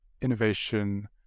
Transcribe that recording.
innovation